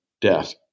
death